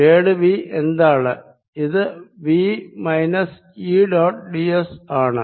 grade V എന്താണ് ഇത് V minus E dot d s ആണ്